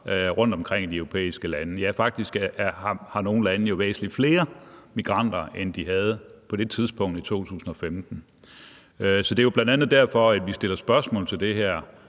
rundtomkring i de europæiske lande – ja, faktisk har nogle lande væsentlig flere migranter, end de havde på det tidspunkt i 2015. Så det er bl.a. derfor, at vi stiller spørgsmål til det her